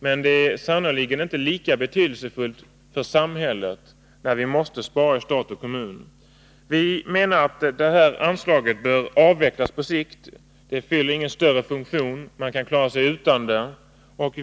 Men det är sannerligen inte lika betydelsefullt för samhället, när vi måste spara i stat och kommun. Vi menar att detta anslag bör avvecklas på sikt. Det fyller ingen större funktion. Man kan klara sig utan det.